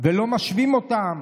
ולא משווים אותן,